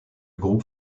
groupe